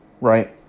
Right